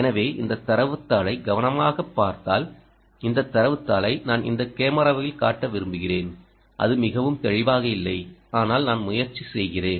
எனவே இந்த தரவுத் தாளை கவனமாகப் பார்த்தால் இந்த தரவுத் தாளை நான் இந்த கேமராவில் காட்ட விரும்புகிறேன் அது மிகவும் தெளிவாக இல்லை ஆனால் நான் முயற்சி செய்கிறேன்